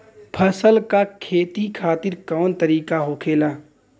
फसल का खेती खातिर कवन तरीका होखेला?